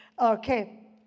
Okay